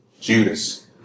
Judas